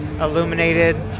illuminated